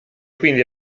quindi